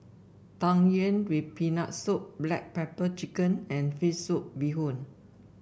Tang Yuen with Peanut Soup Black Pepper Chicken and fish soup Bee Hoon